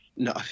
No